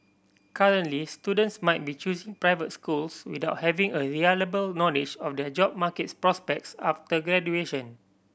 currently students might be choosing private schools without having a reliable knowledge of their job markets prospects after graduation